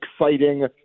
exciting